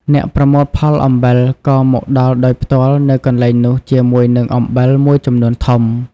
អ្នកប្រមូលផលអំបិលក៏មកដល់ដោយផ្ទាល់នៅកន្លែងនោះជាមួយនឹងអំបិលមួយចំនួនធំ។